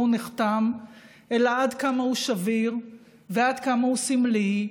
הוא נחתם אלא עד כמה הוא שביר ועד כמה הוא סמלי.